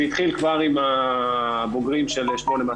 זה התחיל כבר עם הבוגרים של 8200,